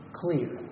clear